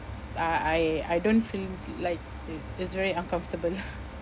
I I I don't feel like it it's very uncomfortable